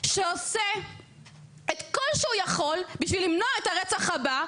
שעושה את כל שהוא יכול בשביל למנוע את הרצח הבא,